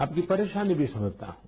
आपकी परेशानी भी समझता हूं